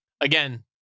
Again